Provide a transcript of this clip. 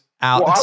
out